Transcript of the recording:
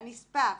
הנספח